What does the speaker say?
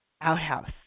outhouse